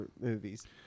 movies